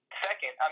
Second